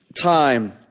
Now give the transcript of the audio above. time